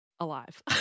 alive